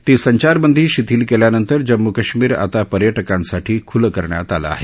ती संचारबंदी शिथिल केल्यानंतर जम्मू काश्मिर आता पर्यटकांसाठी खुलं करण्यात आलं आहे